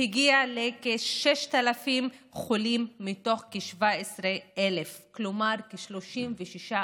והגיע לכ-6,000 חולים מתוך כ-17,000, כלומר כ-36%.